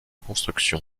construction